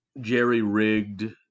jerry-rigged